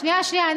שנייה, שנייה.